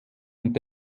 und